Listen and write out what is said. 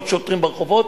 עוד שוטרים ברחובות,